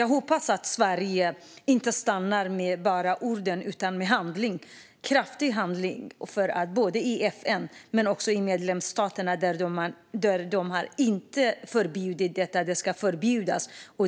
Jag hoppas att Sverige inte stannar vid ord utan också agerar kraftigt både i FN och i de medlemsstater där detta ännu inte förbjudits så att det förbjuds.